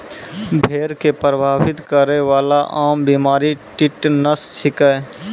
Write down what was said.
भेड़ क प्रभावित करै वाला आम बीमारी टिटनस छिकै